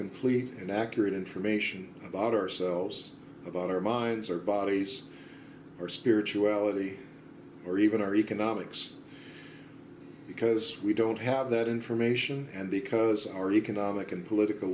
complete and accurate information about ourselves about our minds or bodies or spirituality or even our economics because we don't have that information and because our economic and political